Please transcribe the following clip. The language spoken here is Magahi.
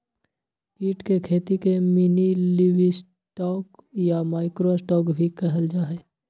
कीट के खेती के मिनीलिवस्टॉक या माइक्रो स्टॉक भी कहल जाहई